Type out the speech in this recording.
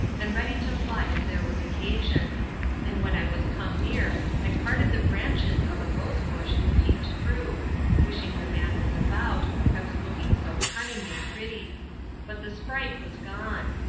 and ready to fly if there was occasion and when i was come near, i parted the branches of a rose-bush and peeped through wishing the man was about, i was looking so cunning and pretty but the sprite was gone.